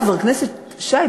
חבר הכנסת שי,